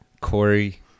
Corey